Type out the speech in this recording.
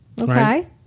Okay